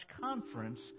conference